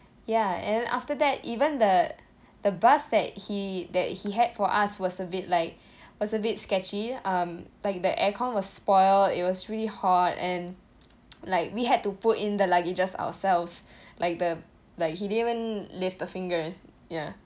ya and after that even the the bus that he that he had for us was a bit like was a bit sketchy um like the aircon was spoilt it was really hot and like we had to put in the luggages ourselves like the like he didn't even lift a finger ya